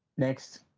next.